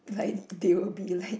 like they would be like